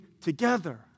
together